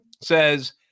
says